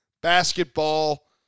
basketball